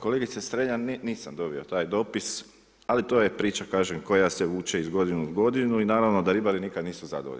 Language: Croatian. Kolegice Strenja, nisam dobio taj dopis ali to je priča kažem koja se vuče iz godine u godinu i naravno da ribari nikad nisu zadovoljni.